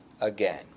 again